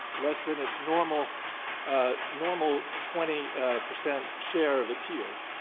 less than its normal ah normal twenty percent share of appeals.